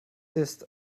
ist